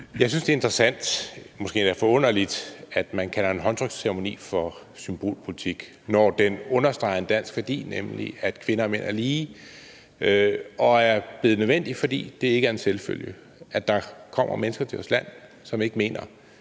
Jeg synes, det er interessant, måske endda forunderligt, at man kalder en håndtryksceremoni for symbolpolitik, når den understreger en dansk værdi, nemlig at kvinder og mænd er lige, og er blevet nødvendig, fordi det ikke er en selvfølge; der kommer mennesker til vores land, som ikke mener,